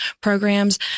programs